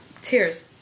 tears